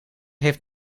heeft